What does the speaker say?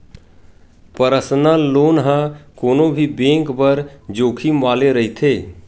personal loan ह कोनो भी बेंक बर जोखिम वाले रहिथे